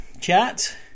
chat